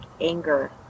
anger